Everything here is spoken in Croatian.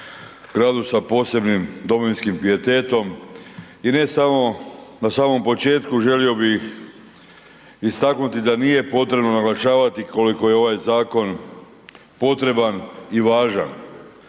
gradu sa posebnim domovinskim pijetetom i na samom početku želio bih istaknuti da nije potrebno naglašavati koliko je ovaj zakon potreban i važan.